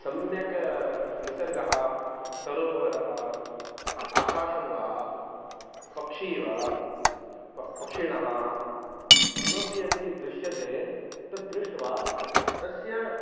सम्यक् निसर्गः सरोवरः आकाशं वा पक्षी वा पक्षिणः किमपि यदि दृश्यते तद्दृष्ट्वा तस्य